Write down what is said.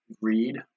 read